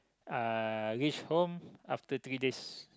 uh reach home after three days